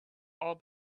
all